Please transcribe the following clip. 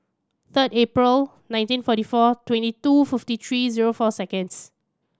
third April nineteen forty four twenty two fifty three zero four seconds